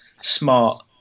smart